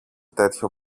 τέτοιο